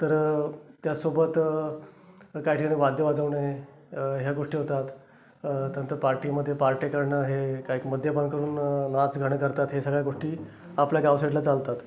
तर त्यासोबत काही ठिकाणी वाद्य वाजवणे ह्या गोष्टी होतात त्यानंतर पार्टीमध्ये पार्टे करणं हे काही क मद्यपान करून नाचगाणं करतात हे सगळ्या गोष्टी आपल्या गावसाइडला चालतात